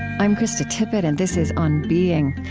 i'm krista tippett and this is on being.